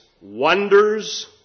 Wonders